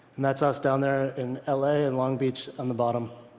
and that's us down there in l a. and long beach on the bottom.